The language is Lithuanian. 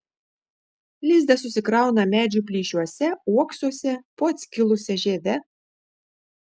lizdą susikrauna medžių plyšiuose uoksuose po atskilusia žieve